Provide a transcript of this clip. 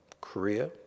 Korea